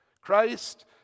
Christ